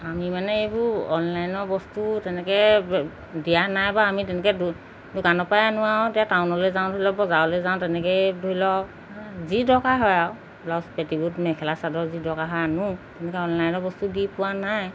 আমি মানে এইবোৰ অনলাইনৰ বস্তু তেনেকৈ দিয়া নাই বা আমি তেনেকৈ দো দোকানৰ পৰাই আনো আৰু এতিয়া টাউনলৈ যাওঁ ধৰি লওক বজাৰলৈ যাওঁ তেনেকেই ধৰি লওক যি দৰকাৰ হয় আৰু ব্লাউজ পেটিক'ট মেখেলা চাদৰ যি দৰকাৰ হয় আনো তেনেকৈ অনলাইনৰ বস্তু দি পোৱা নাই